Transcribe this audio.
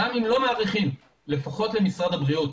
גם אם לא מאריכים לפחות למשרד הבריאות